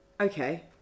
Okay